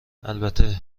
البته